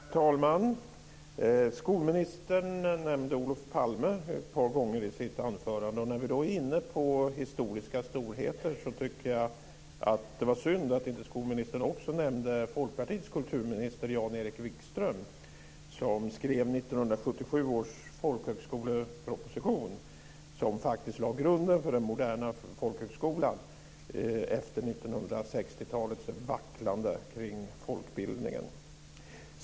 Herr talman! Skolministern nämnde Olof Palme ett par gånger i sitt anförande. När vi då är inne på historiska storheter så tycker jag att det var synd att skolministern inte också nämnde Folkpartiets kulturminister Jan-Erik Wikström. Han skrev 1977 års folkhögskoleproposition, som faktiskt lade grunden för den moderna folkhögskolan efter 1960-talets vacklande kring folkbildningen.